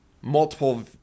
multiple